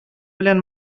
белән